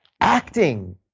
acting